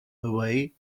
away